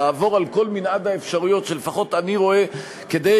לעבור על כל מנעד האפשרויות שלפחות אני רואה כדי